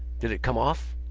did it come off?